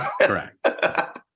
correct